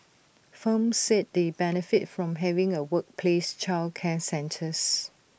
firms said they benefit from having A workplace childcare centres